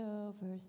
over